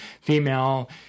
female